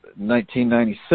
1996